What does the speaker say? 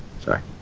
Sorry